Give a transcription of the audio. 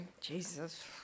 Jesus